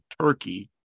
turkey